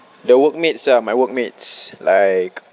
the workmates ah my workmates like